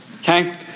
Okay